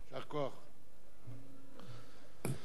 תודה.